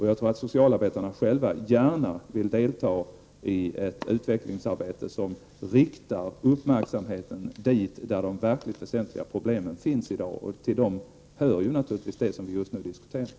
Jag tror att socialarbetarna själva gärna vill delta i ett utvecklingsarbete som riktar uppmärksamheten på de väsentliga problemen. Till dessa hör naturligtvis det som vi just nu diskuterar.